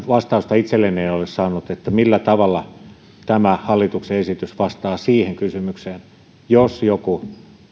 vastausta itselleni saanut että millä tavalla tämä hallituksen esitys vastaa siihen kysymykseen että jos joku